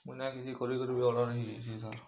ମୁଇଁ ନାଇଁ କିଛି କରି କରି ବି ଅର୍ଡ଼ର୍ ହେଇ ଯାଇଛି